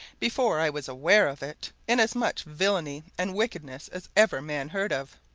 before i was aware of it, in as much villainy and wickedness as ever man heard of,